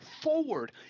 forward